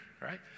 right